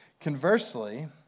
Conversely